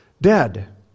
dead